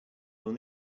will